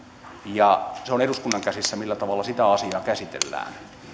ja se on eduskunnan käsissä millä tavalla sitä asiaa käsitellään